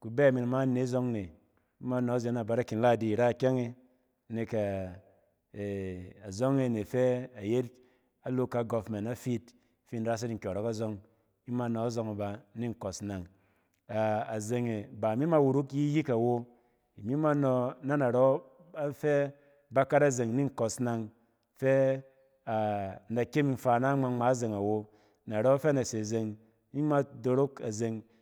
kubɛ min ma inne zↄng ne, ima nↄ ze na barkin ladi ira ikyɛng e. Nek a-e-azↄng e ne fɛ ayet a local government a fiit fi in rasyit nkyↄrↄke zↄng. Ima nↄ azↄng aba ni nkↄs nang. A, azeng e ba mi ma wuruk yiyik awo imi ma nↄ na narↄ bafɛ-bakat azeng ni nkↄs nang fɛ ɛ-na kyem faa na ngma-ngma azeng awo. Narↄ fɛ na se zeng, ima dorok azeng.